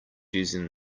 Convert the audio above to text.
using